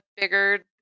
bigger